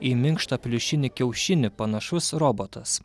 į minkštą pliušinį kiaušinį panašus robotas